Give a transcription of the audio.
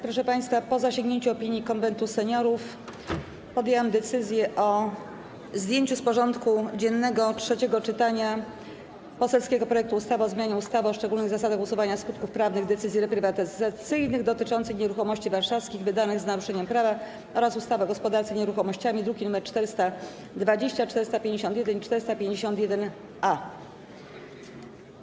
Proszę państwa, po zasięgnięciu opinii Konwentu Seniorów podjęłam decyzję o zdjęciu z porządku dziennego trzeciego czytania poselskiego projektu ustawy o zmianie ustawy o szczególnych zasadach usuwania skutków prawnych decyzji reprywatyzacyjnych dotyczących nieruchomości warszawskich, wydanych z naruszeniem prawa oraz ustawy o gospodarce nieruchomościami, druki nr 420, 451 i 451-A.